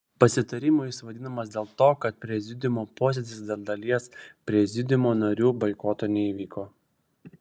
pasitarimu jis vadinamas dėl to kad prezidiumo posėdis dėl dalies prezidiumo narių boikoto neįvyko